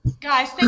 guys